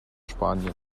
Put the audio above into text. spanien